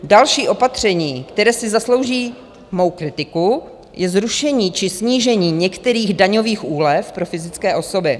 Další opatření, které si zaslouží mou kritiku, je zrušení či snížení některých daňových úlev pro fyzické osoby.